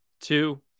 two